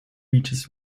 reaches